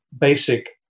basic